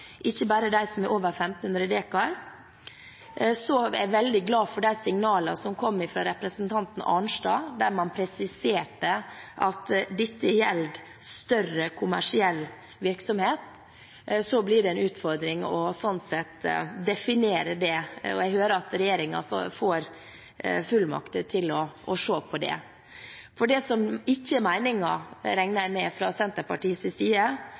ikke bare dem som er over 1 500 dekar. Jeg er veldig glad for signalene som kom fra representanten Arnstad, der hun presiserte at dette gjelder større kommersiell virksomhet. Det blir en utfordring sånn sett å definere det, og jeg hører at Regjeringen får fullmakter til å se på det. Jeg regner ikke med det fra Senterpartiets side er meningen å ramme bl.a. bønder som driver med